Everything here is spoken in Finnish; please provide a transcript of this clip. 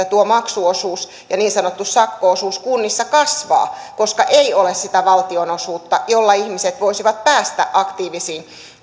tuo maksuosuus ja niin sanottu sakko osuus kunnissa kasvaa koska ei ole sitä valtionosuutta jolla ihmiset voisivat päästä aktiivisiin